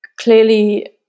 clearly